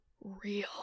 real